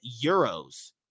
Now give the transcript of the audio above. euros